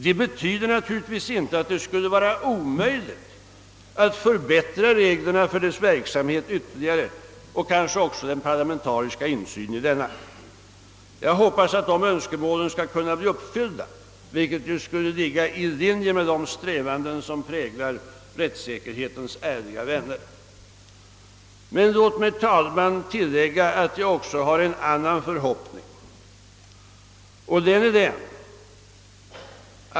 Detta betyder natur Higtvis: inte att det skulle vara omöjligt att förbättra reglerna för dess verksamhet ytterligare och kanske även den parlamentariska insynen. Jag hoppas att dessa önskemål skalt kunna bli uppfyllda, vilket ju skulle ligga i linje med "de strävanden som präglar rättssäkerhetens ärliga vänner. Låt mig, herr talman, tillägga att jag också har en annan förhoppning.